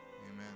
Amen